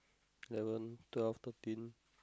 eleven twelve thirteen